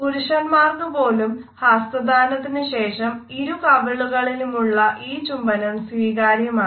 പുരുഷന്മാർക്കുപോലും ഹസ്തദാനത്തിനു ശേഷം ഇരുകവിളുകളിലുമുള്ള ഈ ചുംബനം സ്വീകാര്യമാണ്